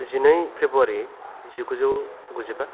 जिनै फेब्रुवारि जिगुजौ गुजिबा